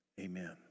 Amen